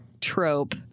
trope